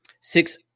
Six